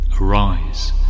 Arise